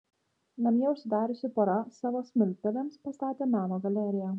namie užsidariusi pora savo smiltpelėms pastatė meno galeriją